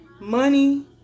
Money